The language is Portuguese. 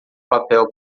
papel